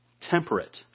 temperate